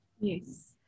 Yes